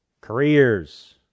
careers